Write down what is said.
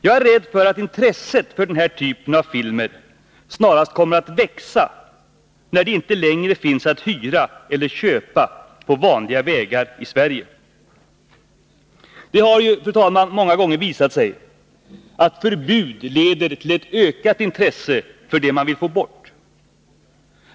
Jag är rädd för att intresset för den här typen av filmer snarast kommer att växa, när de inte längre finns att hyra eller köpa på vanliga vägar i Sverige. Det har ju, fru talman, så många gånger visat sig att förbud leder till ett ökat intresse för det man ville få bort.